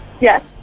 Yes